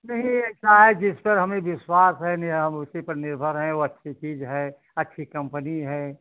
नहीं ऐसा है जिस पर हमें विश्वास है नहीं हम उसी पर निर्भर है वो अच्छी चीज है अच्छी कम्पनी है